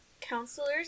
counselors